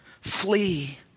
Flee